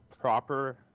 proper